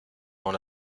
dans